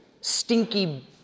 Stinky